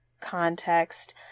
context